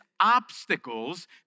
obstacles